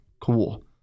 cool